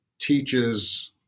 teaches